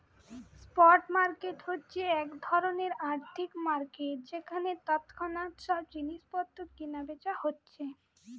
spot market হচ্ছে এক ধরণের আর্থিক মার্কেট যেখানে তৎক্ষণাৎ সব জিনিস পত্র কিনা বেচা হচ্ছে